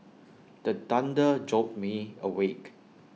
the thunder jolt me awake